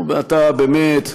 באמת,